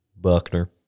Buckner